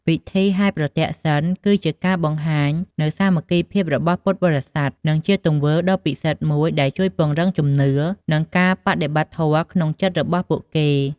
ពិធីហែរប្រទក្សិណ គឺជាការបង្ហាញនូវសាមគ្គីភាពរបស់ពុទ្ធបរិស័ទ និងជាទង្វើដ៏ពិសិដ្ឋមួយដែលជួយពង្រឹងជំនឿ និងការបដិបត្តិធម៌ក្នុងចិត្តរបស់ពួកគេ។